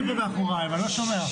מדברים פה מאחוריי ואני לא שומע.